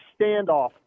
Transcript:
standoff